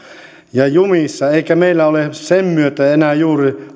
ja jumissa eikä meillä ole sen myötä enää juuri